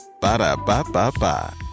Ba-da-ba-ba-ba